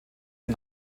den